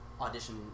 audition